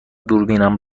دوربینم